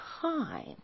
time